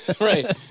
right